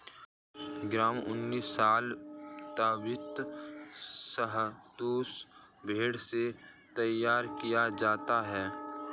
गर्म ऊनी शॉल तिब्बती शहतूश भेड़ से तैयार किया जाता है